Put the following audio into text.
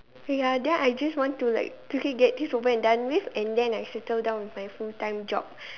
ya then I just want to like quickly get this over and done with then I shall settle down with my full time job